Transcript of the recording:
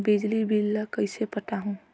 बिजली बिल ल कइसे पटाहूं?